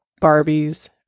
Barbies